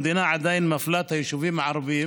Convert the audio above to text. המדינה עדיין מפלה את היישובים הערביים